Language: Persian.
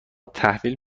تحویل